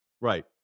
Right